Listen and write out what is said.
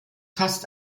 fast